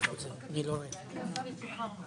אני העליתי את זה בעבר.